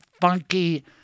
funky